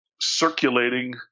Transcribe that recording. circulating